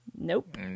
Nope